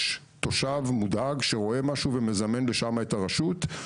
תושב מודאג שרואה משהו ומזמן לשם את הרשות.